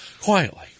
quietly